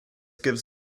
gives